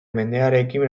mendearekin